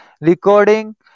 recording